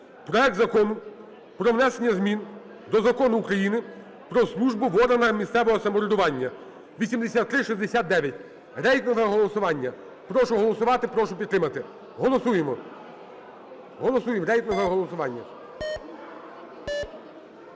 проект Закону про внесення змін до Закону України "Про службу в органах місцевого самоврядування", 8369. Рейтингове голосування. Прошу голосувати, прошу підтримати. Голосуємо. Голосуємо, рейтингове голосування.